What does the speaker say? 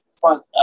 front